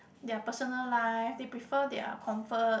their personal life they prefer their comfort